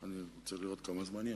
אני רוצה לראות כמה זמן יש.